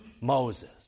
Moses